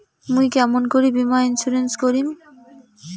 মুই কেমন করি বীমা ইন্সুরেন্স করিম?